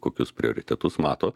kokius prioritetus mato